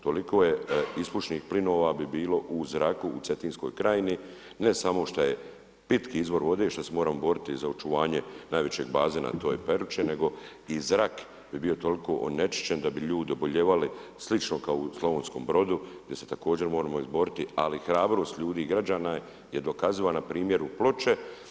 Toliko bi bilo ispušnih plinova u zraku u Cetinskoj krajini, ne samo što je pitki izvor vode, što se moramo boriti za očuvanje najvećeg bazena, a to je Peručin nego i zrak bi bio toliko onečišćen da bi ljudi obolijevali slično kao u Slavonskom Brodu gdje se također moramo izboriti, ali hrabrost ljudi i građana je dokazivan na primjeru Ploče.